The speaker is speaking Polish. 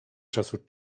czasu